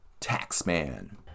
Taxman